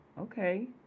Okay